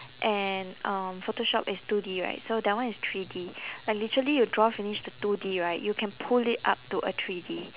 and um photoshop is two D right so that one is three D like literally you draw finish the two D right you can pull it up to a three D